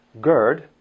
GERD